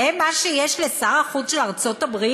זה מה שיש לשר החוץ של ארצות-הברית,